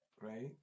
right